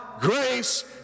grace